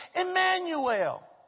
Emmanuel